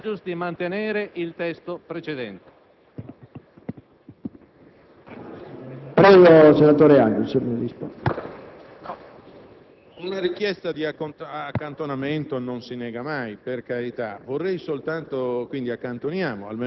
Se questo, però, non dovesse essere, sono costretto a chiedere l'accantonamento, non posso non chiedere la relazione tecnica, compresa la bollinatura della Ragioneria dello Stato, e sono purtroppo certo che alla fine